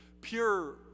pure